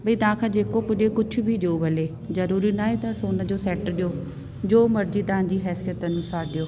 भई तव्हांखां जेको पुजे कुझु बि ॾियो भले ज़रूरी न आहे त सोन जो सैट ॾियो जो मर्ज़ी तव्हांजी हैसियत अनुसार ॾियो